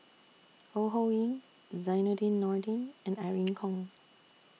Ho Ho Ying Zainudin Nordin and Irene Khong